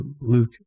luke